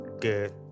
good